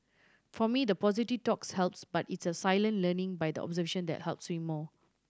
for me the positive talks helps but it's the silent learning by observation that helps me more